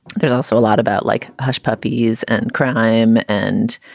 there's also a lot about like hushpuppies and crime and,